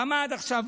למה עד עכשיו